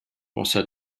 pensa